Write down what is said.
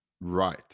right